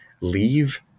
leave